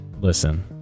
Listen